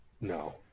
no